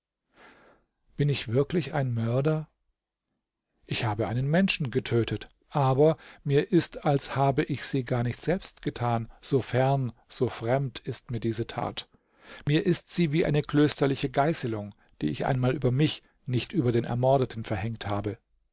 bin ich wirklich ein mörder ich habe einen menschen getötet aber mir ist als habe ich sie gar nicht selbst getan so fern so fremd ist mir diese tat mir ist sie wie eine klösterliche geißelung die ich einmal über mich nicht über den ermordeten verhängt habe